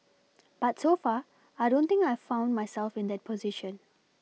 but so far I don't think I've found myself in that position